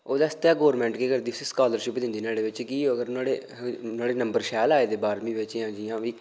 ओह्दे आस्तै गौरमेंट के करदी उसी स्कलारशिप दिंदी नुआढ़े बिच कि अगर नंबर नुआढ़े नंबर शैल आए दे बारहवीं बिच जां जि'यां बी